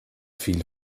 viel